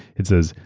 it says,